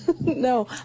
No